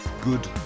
Good